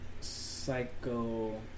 Psycho